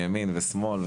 ימין ושמאל.